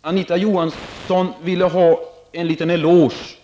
Anita Johansson ville ha en liten eloge.